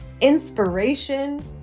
inspiration